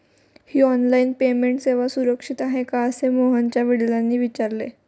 ही online payment सेवा सुरक्षित आहे का असे मोहनच्या वडिलांनी विचारले